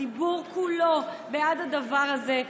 הציבור כולו בעד הדבר הזה.